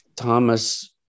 Thomas